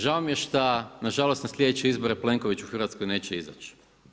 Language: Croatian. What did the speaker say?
Žao mi je šta na žalost na sljedeće izbore Plenković u Hrvatskoj neće izaći.